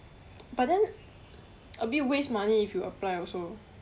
but then a bit waste money if you apply also